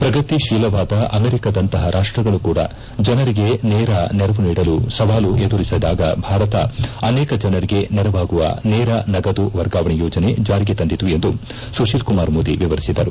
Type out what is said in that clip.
ಪ್ರಗತಿಶೀಲವಾದ ಅಮೆರಿಕದಂತಹ ರಾಷ್ಷಗಳು ಕೂಡ ಜನರಿಗೆ ನೇರ ನೆರವು ನೀಡಲು ಸವಾಲು ಎದುರಿಸಿದಾಗ ಭಾರತ ಅನೇಕ ಜನರಿಗೆ ನೆರವಾಗುವ ನೇರ ನಗದು ವರ್ಗಾವಣೆ ಯೋಜನೆ ಜಾರಿಗೆ ತಂದಿತು ಎಂದು ಸುಶೀಲ್ ಕುಮಾರ್ ಮೋದಿ ವಿವರಿಸಿದರು